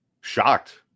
shocked